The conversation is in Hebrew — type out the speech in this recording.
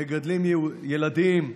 מגדלים ילדים,